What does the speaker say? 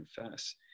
confess